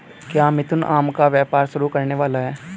क्या मिथुन आम का व्यापार शुरू करने वाला है?